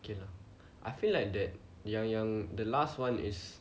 okay lah I feel like that yang yang the last one is